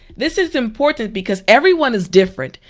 this is important because everyone is different.